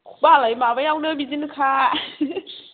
मालाय माबायावनो बिदिनोखा